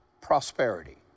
prosperity